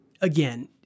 again